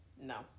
no